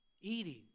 eating